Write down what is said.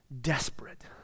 desperate